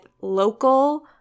local